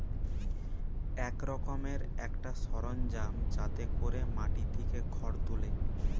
এক রকমের একটা সরঞ্জাম যাতে কোরে মাটি থিকে খড় তুলে